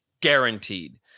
guaranteed